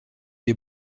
des